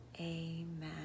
amen